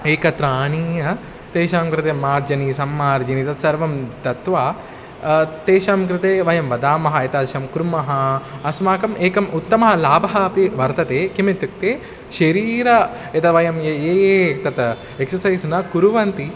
एकत्रम् आनीय तेषां कृते मार्जनी सम्मार्जनी तद् सर्वं दत्वा तेषां कृते वयं वदामः एतादृशं कुर्मः अस्माकम् एकम् उत्तमलाभः अपि वर्तते किम् इत्युक्ते शरीरं यदा वयं ए ये ये तत् एक्ससैस् न कुर्वन्ति